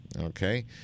okay